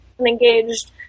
Engaged